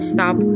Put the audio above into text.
Stop